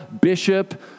Bishop